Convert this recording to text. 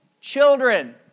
Children